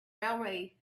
railway